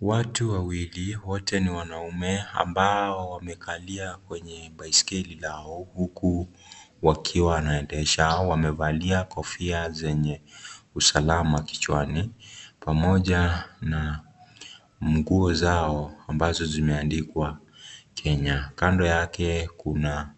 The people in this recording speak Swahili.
Watu wawili, wote ni wanaume, ambao wamekalia kwenye baiskeli yao huku wakiwa wanaendesha. Wamevalia kofia zenye usalama kichwani pamoja na nguo zao ambazo zimeandikwa Kenya. Kando yake kuna